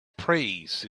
praise